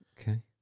Okay